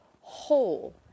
whole